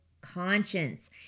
conscience